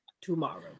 tomorrow